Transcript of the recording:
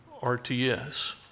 RTS